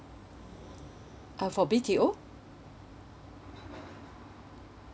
uh for B_T_O